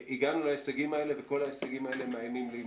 הגענו להישגים האלה וכל ההישגים האלה מאיימים להימחק.